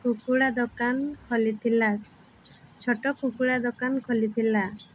କୁକୁଡ଼ା ଦୋକାନ ଖୋଲିଥିଲା ଛୋଟ କୁକୁଡ଼ା ଦୋକାନ ଖୋଲିଥିଲା